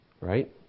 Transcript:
Right